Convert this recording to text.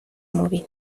móvil